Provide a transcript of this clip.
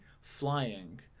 flying